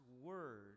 word